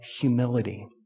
humility